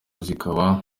zikaba